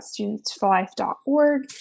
studentsforlife.org